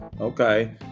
okay